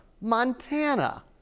Montana